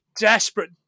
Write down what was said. desperate